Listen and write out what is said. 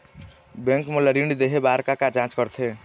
Bank मोला ऋण देहे बार का का जांच करथे?